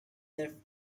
their